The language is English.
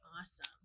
Awesome